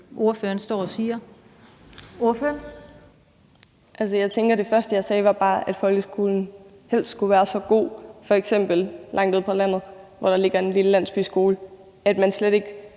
Ordføreren. Kl. 16:01 Anne Hegelund (EL): Altså, det første, jeg sagde, var bare, at folkeskolen helst skulle være så god, f.eks. langt ude på landet, hvor der ligger en lille landsbyskole, at man slet ikke